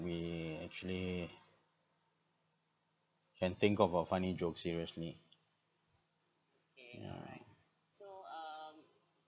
we actually and think about funny jokes seriously yeah